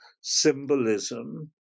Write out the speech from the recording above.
symbolism